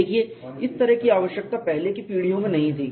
देखिए इस तरह की आवश्यकता पहले की पीढ़ियों में नहीं थी